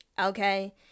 okay